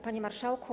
Panie Marszałku!